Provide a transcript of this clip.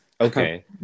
Okay